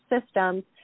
systems